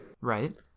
Right